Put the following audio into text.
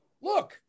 look